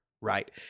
Right